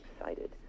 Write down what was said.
excited